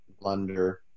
blunder